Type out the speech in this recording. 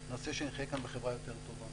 אני רוצה שנחיה כאן בחברה יותר טובה.